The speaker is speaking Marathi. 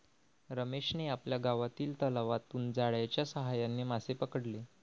रमेशने आपल्या गावातील तलावातून जाळ्याच्या साहाय्याने मासे पकडले